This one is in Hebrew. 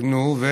נו?